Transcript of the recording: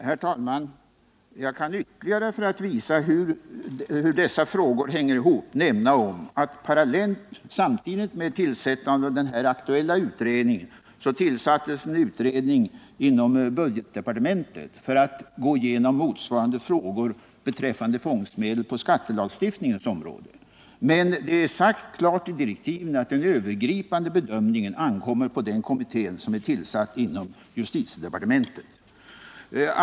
Herr talman! Jag kan ytterligare för att visa hur dessa frågor hänger ihop nämna att samtidigt med tillsättandet av den aktuella utredningen utarbetades tilläggsdirektiv till en utredning under budgetdepartementet. Dessa tilläggsdirektiv gav den utredningen i uppdrag att gå igenom motsvarande frågor beträffande tvångsmedel på skattelagstiftningens område. Men det är klart utsagt i direktiven att den övergripande bedömningen ankommer på den kommitté som är tillsatt inom justitiedepartementet.